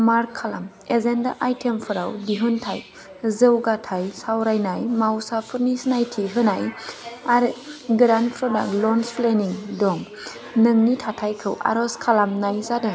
mark खालाम agenda आइटेमफोराव दिहुनथाय जौगाथाय सावरायनाय मावसाफोरनि सिनायथि होनाय आरो गोदान प्रडाक्ट लन्च प्लेनिं दं नोंनि थाथायखौ आर'ज खालामनाय जादों